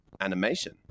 animation